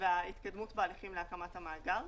וההתקדמות בהליכים להקמת המאגר.